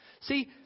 See